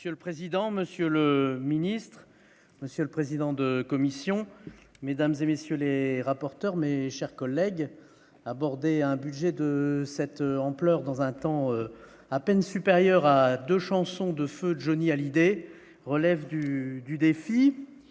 Monsieur le président, Monsieur le Ministre, Monsieur le président de commission, mesdames et messieurs les rapporteurs mais chers collègues aborder un budget de cette ampleur dans un temps à peine supérieur à 2 chansons de feu Johnny Hallyday relève du du